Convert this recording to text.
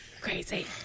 crazy